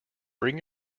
bring